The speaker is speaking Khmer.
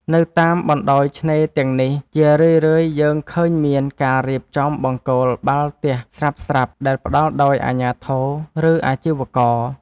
នៅតាមបណ្ដោយឆ្នេរទាំងនេះ ជារឿយៗយើងឃើញមានការរៀបចំបង្គោលបាល់ទះស្រាប់ៗដែលផ្ដល់ដោយអាជ្ញាធរ ឬអាជីវករ។